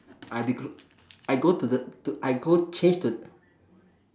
I'll be cl~ I go to the to I go change the